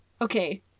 Okay